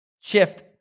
shift